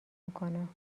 میکنم